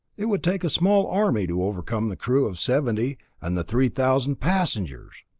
it would take a small army to overcome the crew of seventy and the three thousand passengers!